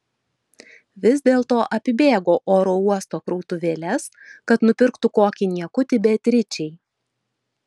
vis dėlto apibėgo oro uosto krautuvėles kad nupirktų kokį niekutį beatričei